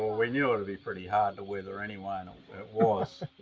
well, we knew it would be pretty hard to weather anyway, and it was.